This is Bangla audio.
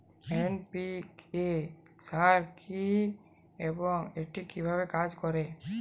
এন.পি.কে সার কি এবং এটি কিভাবে কাজ করে?